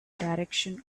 direction